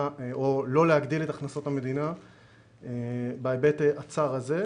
או לא להגדיל את הכנסות המדינה בהיבט הצר הזה.